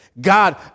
God